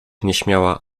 nieśmiała